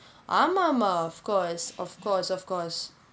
ஆமாம் ஆமாம்:aamaam aamaam of course of course of course